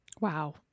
Wow